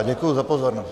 Děkuji za pozornost.